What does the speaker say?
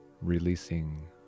releasing